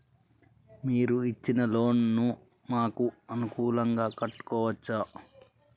మీరు ఇచ్చిన లోన్ ను మాకు అనుకూలంగా కట్టుకోవచ్చా?